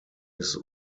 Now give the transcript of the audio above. his